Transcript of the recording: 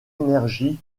énergie